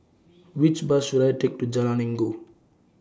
Which Bus should I Take to Jalan Inggu